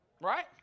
right